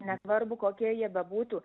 nesvarbu kokie jie bebūtų